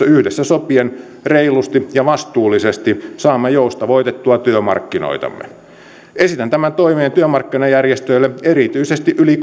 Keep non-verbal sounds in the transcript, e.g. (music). (unintelligible) yhdessä sopien reilusti ja vastuullisesti saamme joustavoitettua työmarkkinoitamme esitän tämän toiveen työmarkkinajärjestöille erityisesti yli (unintelligible)